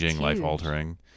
life-altering